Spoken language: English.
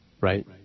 Right